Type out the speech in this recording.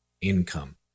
income